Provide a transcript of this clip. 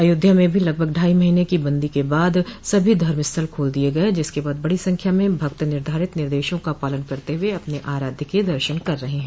अयोध्या में भी लगभग ढाई महीने की बंदी के बाद सभी धर्मस्थल खोल दिये गये जिसके बाद बड़ी संख्या में भक्त निर्धारित निदशों का पालन करते हुए अपने आराध्य के दर्शन कर रहे हैं